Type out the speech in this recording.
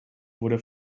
wurde